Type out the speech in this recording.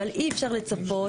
אבל אי אפשר לצפות,